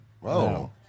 Whoa